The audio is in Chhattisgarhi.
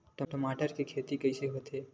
टमाटर के खेती कइसे होथे?